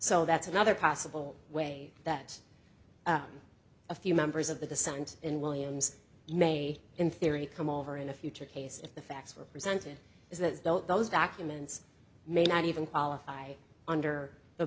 so that's another possible way that a few members of the dissent in williams may in theory come over in a future case if the facts were presented as that though those documents may not even qualify under the